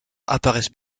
apparaissent